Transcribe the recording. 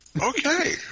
okay